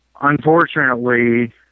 unfortunately